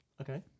Okay